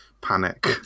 panic